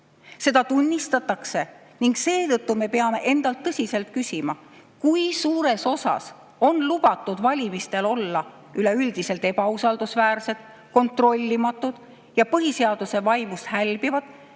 Seda tunnistatakse. Seetõttu me peame endalt tõsiselt küsima, kui suures osas on valimistel lubatud olla üleüldiselt ebausaldusväärsed, kontrollimatud ja põhiseaduse vaimust hälbivad,